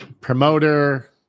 Promoter